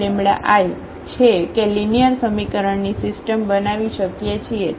છે કે લિનિયર સમીકરણની સિસ્ટમ બનાવી શકીએ છીએ